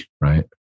right